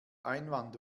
einwand